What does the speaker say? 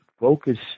Focus